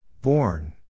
Born